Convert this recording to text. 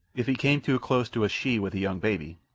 if he came too close to a she with a young baby,